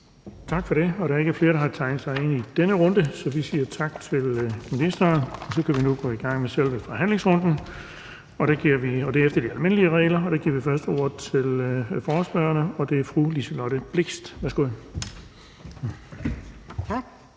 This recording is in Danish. Tak for det. Der er ikke flere, der har tegnet sig ind i denne runde, så vi siger tak til ministeren. Vi kan nu gå i gang med selve forhandlingsrunden, og det er efter de almindelige regler, og vi giver først ordet til ordføreren for forespørgerne, og det er fru Liselott Blixt. Værsgo.